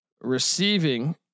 Receiving